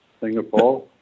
Singapore